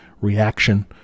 reaction